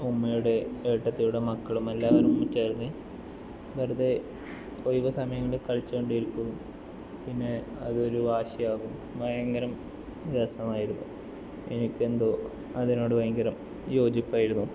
ഉമ്മയുടെ ഏടത്തിയുടെ മക്കളും എല്ലാവരും ചേർന്ന് വെറുതെ ഒഴിവ് സമയങ്ങളിൽ കളിച്ച്കൊണ്ടിരിക്കും പിന്നെ അത് ഒരു വാശിയാകും ഭയങ്കര രസമായിരുന്നു എനിക്ക് എന്തോ അതിനോട് ഭയങ്കര യോജിപ്പായിരുന്നു